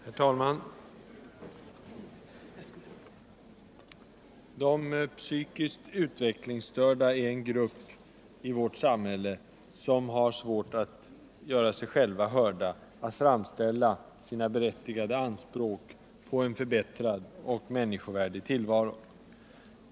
Herr talman! De psykiskt utvecklingsstörda är en grupp som har svårt att göra sig hörd och framställa sina berättigade anspråk på en förbättrad och människovärdig tillvaro.